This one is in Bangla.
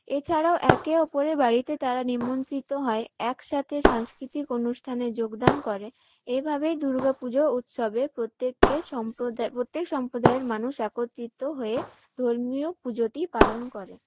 এছাড়াও একে অপরের বাড়িতে তারা নিমন্ত্রিত হয় একসাথে সাংস্কৃতিক অনুষ্ঠানে যোগদান করে এভাবেই দুর্গাপুজো উৎসবে প্রত্যেককে সম্প্রদায়ে প্রত্যেক সম্প্রদায়ের মানুষ একত্রিত হয়ে ধর্মীয় পুজোটি পালন করে